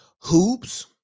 hoops